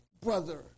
brother